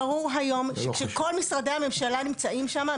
ברור היום שכשכל משרדי הממשלה נמצאים שם.